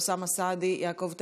אוסאמה סעדי, יעקב טסלר,